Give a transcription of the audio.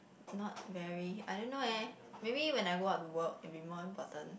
not very I don't know eh maybe when I go out to work will be more important